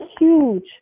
huge